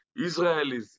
Israelis